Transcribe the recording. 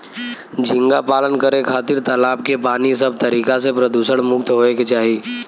झींगा पालन करे खातिर तालाब के पानी सब तरीका से प्रदुषण मुक्त होये के चाही